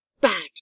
bad